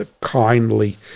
kindly